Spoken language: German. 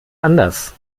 anders